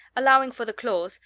allowing for the claws,